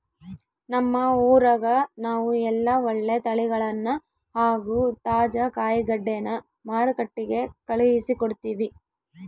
ನಮ್ಮ ಊರಗ ನಾವು ಎಲ್ಲ ಒಳ್ಳೆ ತಳಿಗಳನ್ನ ಹಾಗೂ ತಾಜಾ ಕಾಯಿಗಡ್ಡೆನ ಮಾರುಕಟ್ಟಿಗೆ ಕಳುಹಿಸಿಕೊಡ್ತಿವಿ